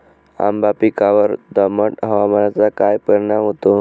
आंबा पिकावर दमट हवामानाचा काय परिणाम होतो?